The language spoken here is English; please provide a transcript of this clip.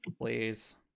Please